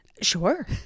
Sure